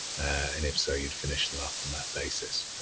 and if so you'd finish them up on that basis.